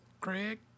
Craig